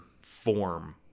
form